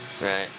right